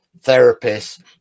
therapists